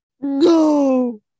No